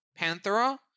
Panthera